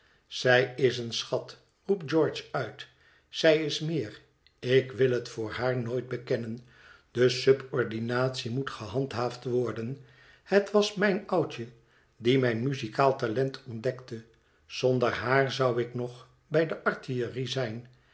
zij is een schat roept george uit zij is meer ik wil het voor haar nooit bekennen de subordinatie moet gehandhaafd worden het was mijn oudje die mijn muzikaal talent ontdekte zonder haar zou ik nog bij de artillerie zijn